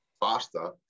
faster